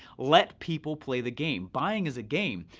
let people play the game. buying is a game.